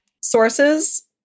Sources